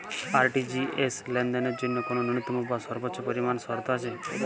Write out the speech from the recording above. RTGS লেনদেনের জন্য কোন ন্যূনতম বা সর্বোচ্চ পরিমাণ শর্ত আছে?